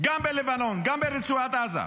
גם בלבנון, גם ברצועת עזה.